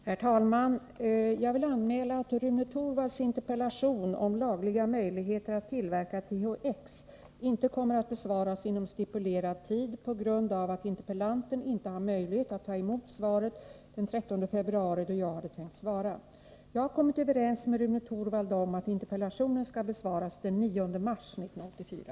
Herr talman! Jag vill anmäla att Rune Torwalds interpellation om lagliga möjligheter att tillverka THX inte kommer att besvaras inom stipulerad tid på grund av att interpellanten inte har möjlighet att ta emot svaret den 13 februari då jag hade tänkt lämna svaret. Jag har kommit överens med Rune Torwald om att interpellationen skall besvaras den 9 mars 1984.